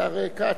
השר כץ.